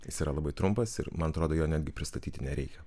jis yra labai trumpas ir man atrodo jo netgi pristatyti nereikia